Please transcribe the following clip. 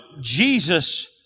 Jesus